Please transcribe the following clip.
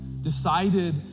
decided